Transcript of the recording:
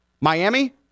Miami